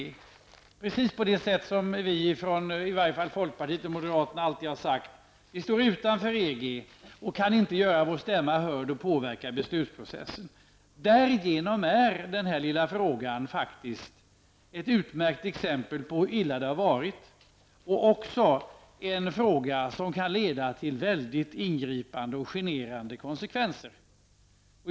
Det är precis på det sätt som i varje fall folkpartiet och moderaterna alltid har talat om. Vi står alltså utanför EG och kan inte göra vår stämma hörd eller påverka beslutprocessen. Mot den bakgrunden är även en så obetydlig fråga som den om snuset ett utmärkt exempel på hur illa ställt det har varit. Det här kan få mycket påtagliga och generande konsekvenser.